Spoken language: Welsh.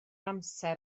amser